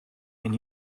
and